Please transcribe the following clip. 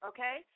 Okay